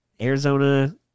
Arizona